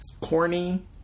corny